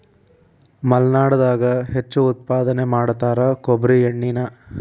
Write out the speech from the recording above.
ಮಲ್ನಾಡದಾಗ ಹೆಚ್ಚು ಉತ್ಪಾದನೆ ಮಾಡತಾರ ಕೊಬ್ಬ್ರಿ ಎಣ್ಣಿನಾ